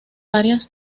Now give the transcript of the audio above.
varias